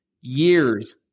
years